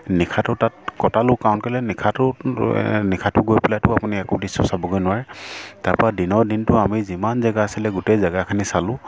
নিশাটো তাত কটালোঁ কাৰণ কেলৈ নিশাটো নিশাটো গৈ পেলাইতো আপুনি একো দৃশ্য চাবগৈ নোৱাৰে তাৰপৰা দিনৰ দিনটো আমি যিমান জেগা আছিলে গোটেই জেগাখিনি চালোঁ